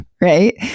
right